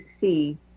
see